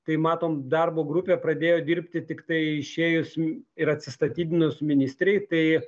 tai matom darbo grupė pradėjo dirbti tiktai išėjus ir atsistatydinus ministrei tai